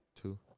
Two